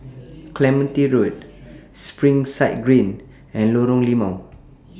Clementi Road Springside Green and Lorong Limau